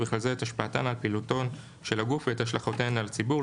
ובכלל זה את השפעתן על פעילותו של הגוף ואת השלכותיהן על הציבור,